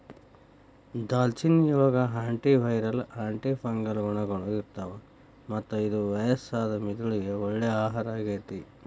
ದಾಲ್ಚಿನ್ನಿಯೊಳಗ antiviral, antifungal ಗುಣಗಳು ಇರ್ತಾವ, ಮತ್ತ ಇದು ವಯಸ್ಸಾದ ಮೆದುಳಿಗೆ ಒಳ್ಳೆ ಆಹಾರ ಆಗೇತಿ